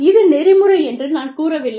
இது நெறிமுறை என்று நான் கூறவில்லை